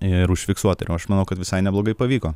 ir užfiksuot ir aš manau kad visai neblogai pavyko